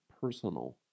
personal